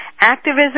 activism